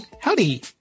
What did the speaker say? Howdy